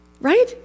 Right